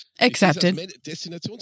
Accepted